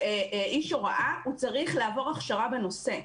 איש הוראה, הוא צריך לעבור הכשרה בנושא.